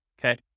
okay